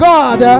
God